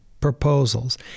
proposals